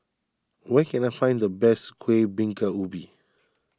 where can I find the best Kuih Bingka Ubi